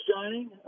shining